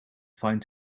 find